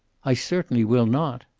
i certainly will not.